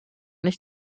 nicht